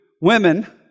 women